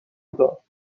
داد